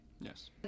Yes